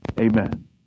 Amen